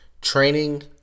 training